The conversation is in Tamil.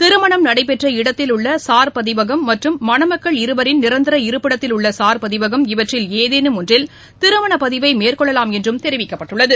திருமணம் நடைபெற்ற இடத்தில் உள்ள சார் பதிவகம் மற்றும் மணமக்கள் இருவரின் நிரந்தர இருப்பிடத்தில் உள்ள சார் பதிவகம் இவற்றில் ஏதேனும் ஒன்றில் திருமண பதிவினை மேற்கொள்ளலாம் என்று தெரிவிக்கப்பட்டுள்ளது